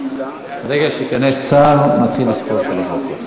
ברגע שייכנס שר נתחיל לספור שלוש דקות.